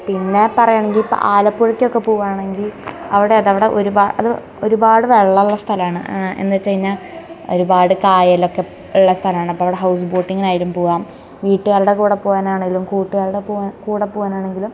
പിന്നെ പറയണങ്കിൽ ഇപ്പം ആലപ്പുഴക്കൊക്കെ പോവാണെങ്കിൽ അവിടെ അതവിടെ ഒരുപാട് അത് ഒരുപാട് വെള്ളമുള്ള സ്ഥലമാണ് എന്നുവെച്ചുഴിഞ്ഞ ഒരുപാട് കായലൊക്കെ ഉള്ള സ്ഥലമാണ് അപ്പം അവിടെ ഹൗസ് ബോട്ടിങ്ങിനായാലും പോവാം വീട്ടുകാരുടെ കൂടെ പോവാനാണേലും കൂട്ടുകാരുടെ പോവാ കൂടെ പോവാനാണെങ്കിലും